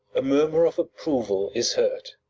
a murmur of approval is heard.